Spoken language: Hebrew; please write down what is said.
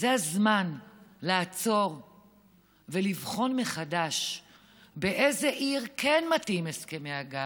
זה הזמן לעצור ולבחון מחדש לאיזו עיר כן מתאימים הסכמי הגג.